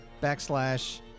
backslash